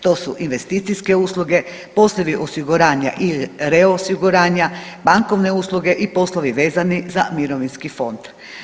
To su investicijske usluge, poslovi osiguranja i reosiguranja, bankovne usluge i poslovi vezani za mirovinski fond.